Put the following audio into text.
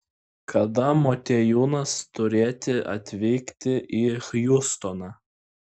kada motiejūnas turėti atvykti į hjustoną